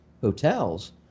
hotels